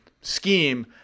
scheme